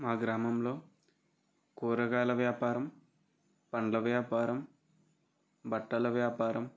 మా గ్రామంలో కూరగాయల వ్యాపారం పండ్ల వ్యాపారం బట్టల వ్యాపారం